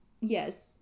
yes